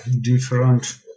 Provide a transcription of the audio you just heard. different